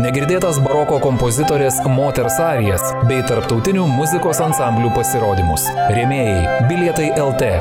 negirdėtas baroko kompozitorės moters arijas bei tarptautinių muzikos ansamblių pasirodymus rėmėjai bilietai el tė